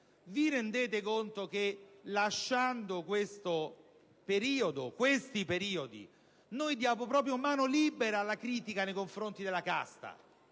Vi rendete conto che, lasciando questa norma, diamo mano libera alla critica nei confronti della «casta»?